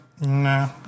Nah